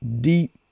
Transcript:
deep